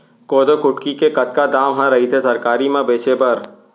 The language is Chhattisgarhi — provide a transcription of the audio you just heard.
कोदो कुटकी के कतका दाम ह रइथे सरकारी म बेचे बर?